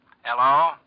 Hello